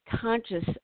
conscious